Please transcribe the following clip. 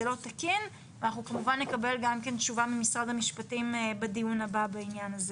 לא תקין ואנחנו כמובן נקבל תשובה ממשרד המשפטים בדיון הבא בעניין הזה.